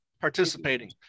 participating